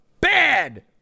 Bad